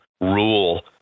rule